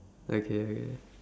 okay okay